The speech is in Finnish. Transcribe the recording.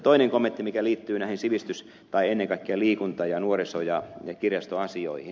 toinen kommentti liittyy ennen kaikkea liikunta ja nuoriso ja kirjastoasioihin